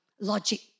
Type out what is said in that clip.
logic